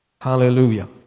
Hallelujah